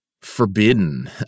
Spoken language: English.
forbidden